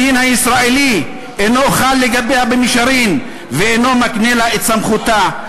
הדין הישראלי אינו חל לגביה במישרין ואינו מקנה לה את סמכותה,